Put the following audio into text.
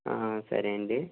సరే అండి